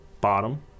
bottom